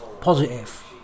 positive